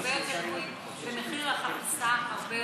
הרבה יותר גבוהים ומחיר חפיסה הרבה יותר,